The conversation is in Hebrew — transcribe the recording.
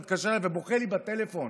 מתקשר אליי ובוכה בטלפון